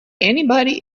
anybody